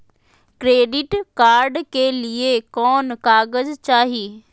Credit card के लिए कौन कागज चाही?